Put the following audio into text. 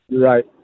Right